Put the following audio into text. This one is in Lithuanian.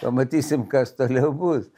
pamatysim kas toliau bus